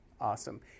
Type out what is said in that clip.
Awesome